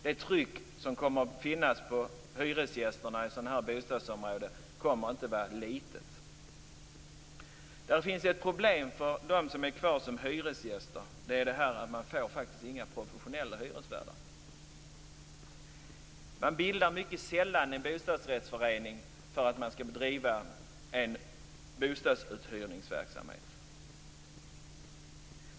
Det tryck som kommer att finnas på hyresgästerna i sådana bostadsområden kommer inte att vara litet. Ett problem för dem som är kvar som hyresgäster är att man inte får några professionella hyresvärdar. Man bildar mycket sällan en bostadsrättsförening för att man skall bedriva en bostadsuthyrningsverksamhet.